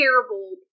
terrible